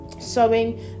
sewing